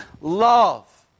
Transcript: love